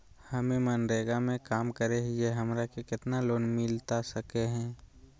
हमे मनरेगा में काम करे हियई, हमरा के कितना लोन मिलता सके हई?